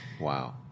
Wow